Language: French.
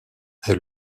est